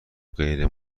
غیر